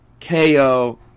KO